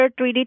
3D